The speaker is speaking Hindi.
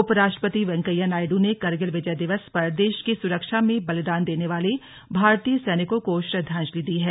उपराष्ट्रपति वेंकैया नायडू ने करगिल विजय दिवस पर देश की सुरक्षा में बलिदान देने वाले भारतीय सैनिकों को श्रद्धांजलि दी है